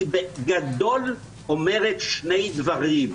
בגדול היא אומרת שני דברים: